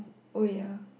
oh ya